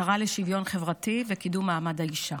השרה לשוויון חברתי וקידום מעמד האישה,